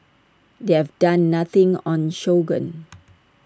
they have done nothing on sorghum